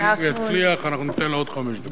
אם יצליח, אנחנו ניתן לו עוד חמש דקות.